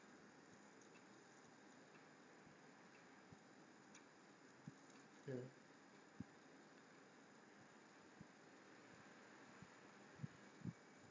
mm